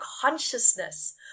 consciousness